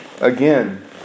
Again